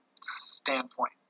standpoint